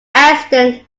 accident